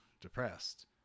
depressed